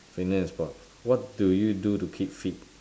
fitness is what what do you do to keep fit